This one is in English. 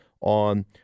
on